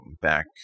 back